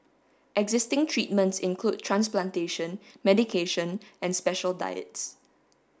existing treatments include transplantation medication and special diets